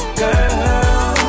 girl